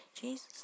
Jesus